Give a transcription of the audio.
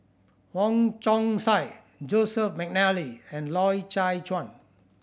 Wong Chong Sai Joseph McNally and Loy Chye Chuan